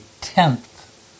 tenth